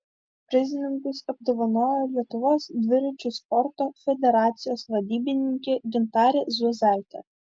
prizininkus apdovanojo lietuvos dviračių sporto federacijos vadybininkė gintarė zuozaitė